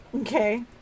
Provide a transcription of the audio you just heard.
okay